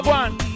one